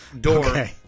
door